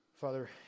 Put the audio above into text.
Father